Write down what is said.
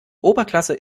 oberklasse